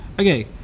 okay